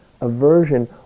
aversion